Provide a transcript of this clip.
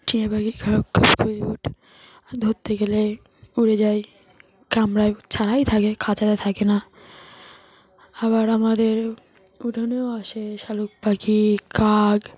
টিয়া পাখি খুব কিউট ধরতে গেলে উড়ে যায় কামড়ায় ও ছাড়াই থাকে খাঁচাতে থাকে না আবার আমাদের উঠোনেও আসে শালিক পাখি কাক